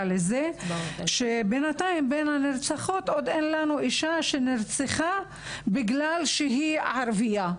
לזה שבינתיים בין הנרצחות עוד אין לנו אישה שנרצחה בגלל שהיא ערביה.